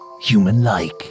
human-like